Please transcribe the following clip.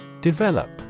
Develop